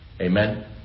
Amen